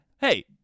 Hey